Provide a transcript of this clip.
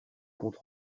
compte